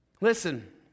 Listen